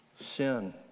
sin